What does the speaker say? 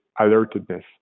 alertedness